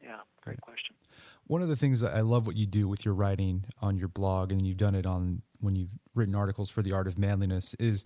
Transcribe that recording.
yeah great question one of the things that i love what you do with your writing on your blog and you've done it on when you written articles for the art of manliness is